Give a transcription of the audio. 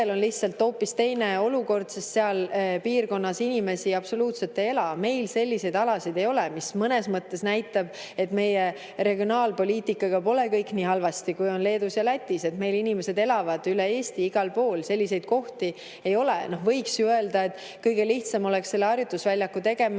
on hoopis teine olukord, sest nendel selles piirkonnas inimesi absoluutselt ei ela. Meil selliseid alasid ei ole. See mõnes mõttes näitab, et meie regionaalpoliitikaga polegi kõik nii halvasti, kui on Leedus ja Lätis, sest meil elavad inimesed üle Eesti igal pool, meil selliseid [asustamata] kohti ei ole. Võiks ju öelda, et kõige lihtsam oleks selle harjutusvälja tegemine